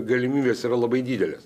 galimybės yra labai didelės